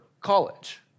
college